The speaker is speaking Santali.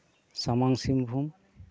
ᱥᱟᱢᱟᱝ ᱥᱤᱝᱵᱷᱩᱢ